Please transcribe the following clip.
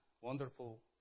wonderful